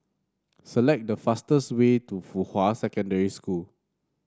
select the fastest way to Fuhua Secondary School